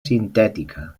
sintètica